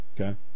Okay